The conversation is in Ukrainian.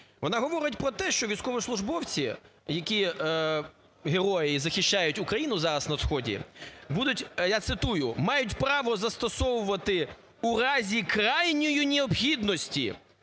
Вона говорить про те, що військовослужбовці, які герої і захищають Україну зараз на сході, будуть, я цитую: "мають право застосовувати, у разі крайньої необхідності,